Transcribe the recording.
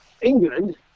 england